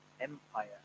empire